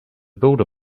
builder